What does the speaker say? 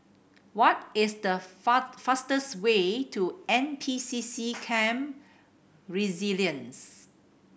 what is the fastest way to N P C C Camp Resilience